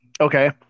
okay